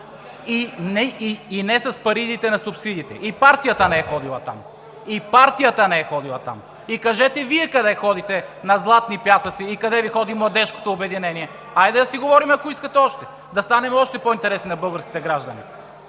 (Реплики от ГЕРБ.) И партията не е ходила там. И партията не е ходила там! Кажете Вие къде ходите – на Златни пясъци, и къде ходи младежкото Ви обединение? Хайде да си говорим, ако искате, още. Да станем още по-интересни на българските граждани.